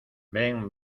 ven